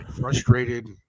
Frustrated